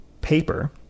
paper